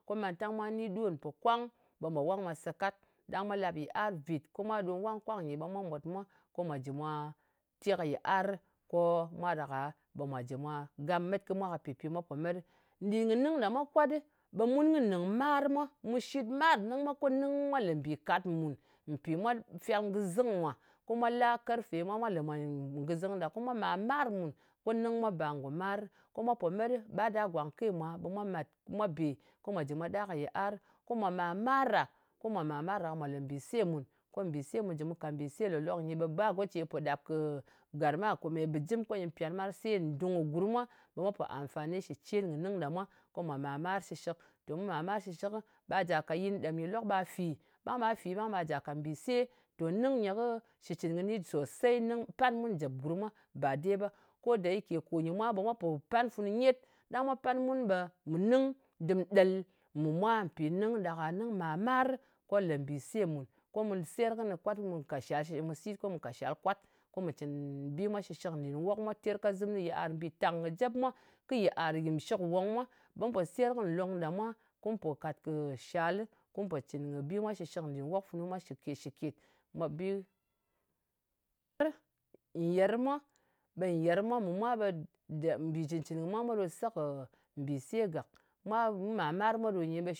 Ko mantang mwa ni ɗon mpòkwang ɓe mante mwa se kat. Ɗang mwa làp yiar vìt. Ko mwa ɗom wang kwang nyɨ ɓe mwa mòt mwa ko mwà jɨ̀ mwa te ka yɨ arɨ. Ko mwa ɗak-a ɓe mwa jɨ mwa gam met kɨ mwa ka pi mwa po met ɗɨ. Nɗin kɨ nɨng ɗa mwa kwat, ɓe mun kɨ nɨng mar mwa. Mu shit mar nɨng mwa, ko nɨng mwa lè mbì mùn, mpì mu fyalng kɨzɨng mwa, ko mwa la karfe mwa, mwa lè mwa, ngɨzɨng, ko mwa màr-mar mùn. Ko nɨng mwa bar ngò marɨ. Ko mwa po me ɗɨ, kwa da gwang ke mwa ɓe mwa mat, mwa bè ko mwa jɨ mwa ɗa ka yɨarɨ. Ko mwa màr mar a, ko mwa mar a, ko mwà lè mbìse mùn. Ko mbbìse, mu jɨ mu kàt mbìse lòlok nyi, ɓe ba go ce pò ɗap kɨ gàrma bɨjɨm ko nyɨ pyan mar. Se ndung kɨ gurm mwa ɓe mwa pò amfani shɨ cen kɨ nɨng ɗa mwa ko mwa màr-mar shɨshɨk. To, mu màr-mar shɨshɨk, ɓa jà ka yɨn ɗèm nyɨ lok ɓa fì. Ɓang ɓa fi ɓang, ɓa ja kat mbìse. Tò, nɨng nyɨ kɨ shitcɨn kɨni sòsey. Nɨng pan mun jep gurm mwa ɓa de ba. Ko ɗa yi ke kò nyɨ mwa ɓe mwa pò pan funu nyet, ɗang mwa pan mun, ɓe mɨ nɨng dɨm ɗel mɨ mwa. Mpì nɨng ɗak-a, nɨng mar-mari, ko lè mbìse mùn, ko mu seyer kɨnɨ, kwat mu mu ka shal kwat, mì sit ko mu ka shal kwat, ko mu cɨn bi mwa shɨshɨk nɗin wok mwa. Terkazɨm funu yiàr mbìtang kɨ jep mwa, kɨ yiàr yɨn shɨkwong mwa. Ɓum pò seyer kɨ nlong ɗa mwa, kum pò kat kɨ shalɨ, kum pò cɨn kɨ bi funu mwa shɨshɨk nɗin wok funu mwa shɨkèt-shɨkèt. Mu bi e, nyèr mwa. Ɓe nyèr mwa mu mwa ɓe gye, mbì cɨn-cɨn kɨ mwa mwā ɗo se kɨ mbìse gàk. Mwa mwar-mar mwa ɗo nyi ɓe.